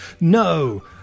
No